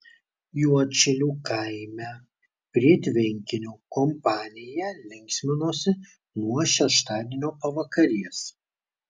juodšilių kaime prie tvenkinio kompanija linksminosi nuo šeštadienio pavakarės